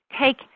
take